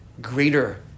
greater